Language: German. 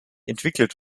entwickelt